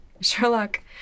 Sherlock